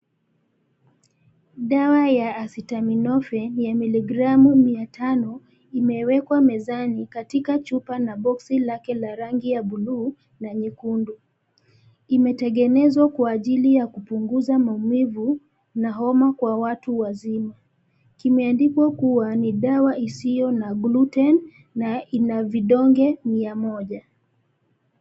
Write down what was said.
Dawa ya acetaminophen ya miligramu mia tano, imewekwa mezani katika chupa na boxi lake la rangi ya buluu, na nyekundu, imetengenezwa kwa ajili ya kupunguza maumivu, na homa kwa watu wazima, kimeandikwa kuwa ni dawa isiyo na gluten , na ina vidonge mia moja.